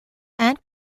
and